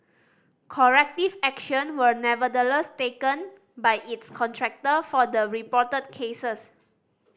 corrective action were nevertheless taken by its contractor for the reported cases